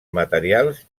materials